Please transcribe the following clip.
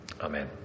Amen